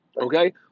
Okay